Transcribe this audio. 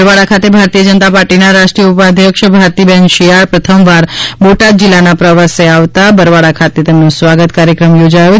બરવાળા ખાતે ભારતીય જનતા પાર્ટીના રાષ્ટીય ઉપાધ્યક્ષ ભારતીબેન શિયાળ પ્રથમવાર બોટાદ જીલ્લાના પ્રવાસે આવતા બરવાળા ખાતે સ્વાગત કાર્યક્રમ યોજાયો હતો